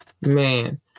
man